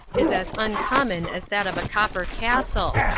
is as uncommon as that of a copper castle,